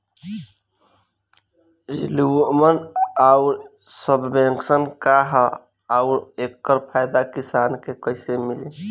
Renewable आउर subvention का ह आउर एकर फायदा किसान के कइसे मिली?